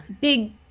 big